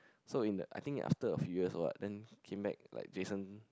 so in I think after a few years or what then came back like Jason